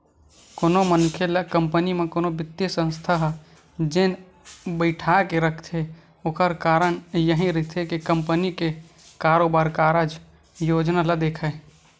कोनो मनखे ल कंपनी म कोनो बित्तीय संस्था ह जेन बइठाके रखथे ओखर कारन यहीं रहिथे के कंपनी के बरोबर कारज योजना ल देखय